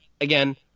again